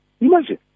Imagine